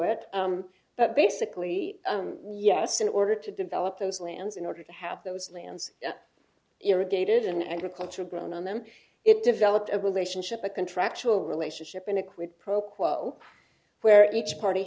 it but basically yes in order to develop those lands in order to have those lands irrigated an agricultural ground on them it developed a relationship a contractual relationship in a quid pro quo where each party